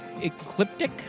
Ecliptic